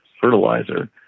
fertilizer